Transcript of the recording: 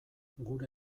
gure